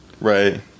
Right